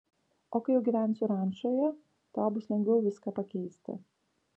o kai jau gyvensiu rančoje tau bus lengviau viską pakeisti